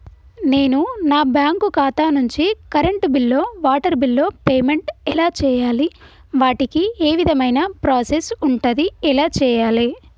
నేను నా బ్యాంకు ఖాతా నుంచి కరెంట్ బిల్లో వాటర్ బిల్లో పేమెంట్ ఎలా చేయాలి? వాటికి ఏ విధమైన ప్రాసెస్ ఉంటది? ఎలా చేయాలే?